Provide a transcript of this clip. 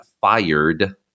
fired